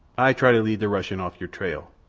ay try to lead the russian off your trail,